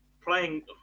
Playing